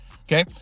Okay